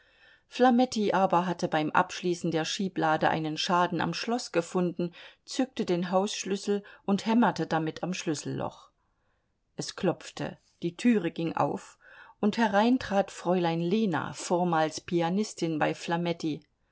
flametti aber hatte beim abschließen der schieblade einen schaden am schloß gefunden zückte den hausschlüssel und hämmerte damit am schlüsselloch es klopfte die türe ging auf und herein trat fräulein lena vormals pianistin bei